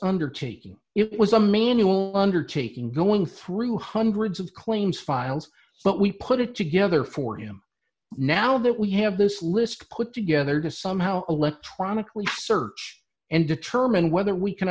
undertaking it was a manual undertaking going through hundreds of claims files but we put it together for him now that we have this list put together to somehow electronic research and determine whether we can